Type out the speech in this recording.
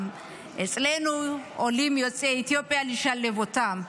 גם אצלנו, עולים יוצאי אתיופיה, לשלב אותם.